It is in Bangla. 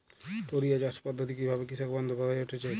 টোরিয়া চাষ পদ্ধতি কিভাবে কৃষকবান্ধব হয়ে উঠেছে?